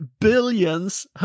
billions